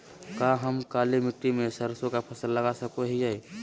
का हम काली मिट्टी में सरसों के फसल लगा सको हीयय?